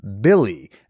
Billy